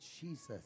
Jesus